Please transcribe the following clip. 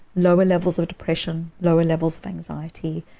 lower levels of depression, lower levels of anxiety,